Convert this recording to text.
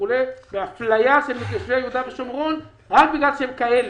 וגם אתה לא אמור לתמוך באפליה של יהודה ושומרון רק בגלל שהם כאלה.